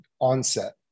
onset